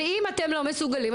ואם אתם לא מסוגלים,